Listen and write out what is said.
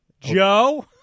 Joe